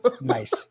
Nice